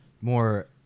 more